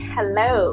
Hello